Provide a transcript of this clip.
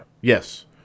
Yes